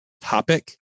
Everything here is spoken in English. topic